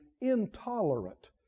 intolerant